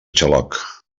xaloc